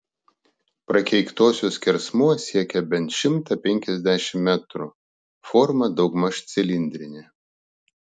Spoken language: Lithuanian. prakeiktosios skersmuo siekia bent šimtą penkiasdešimt metrų forma daugmaž cilindrinė